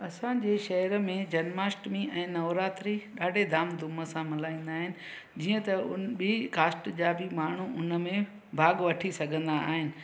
असांजे शहर में जन्माष्टमी ऐं नवरात्रि ॾाढे धाम धूम सां मल्हाईंदा आहिनि जीअं त उन ॿी कास्ट जा बि माण्हू उन में भाग वठी सघंदा आहिनि